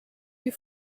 you